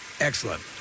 Excellent